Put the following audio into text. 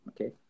okay